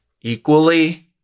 equally